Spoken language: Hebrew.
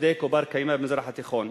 הצודק ובר-קיימא במזרח התיכון.